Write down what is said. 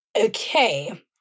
okay